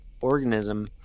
organism